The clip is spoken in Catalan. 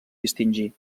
distingir